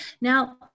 Now